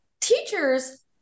teachers